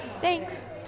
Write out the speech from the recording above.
Thanks